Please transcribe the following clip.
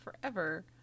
forever